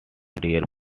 dear